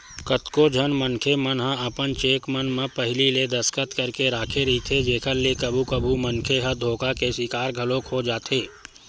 कतको झन मनखे मन ह अपन चेक मन म पहिली ले दस्खत करके राखे रहिथे जेखर ले कभू कभू मनखे ह धोखा के सिकार घलोक हो जाथे